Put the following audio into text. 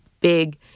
big